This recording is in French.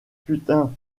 putain